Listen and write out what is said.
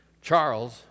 Charles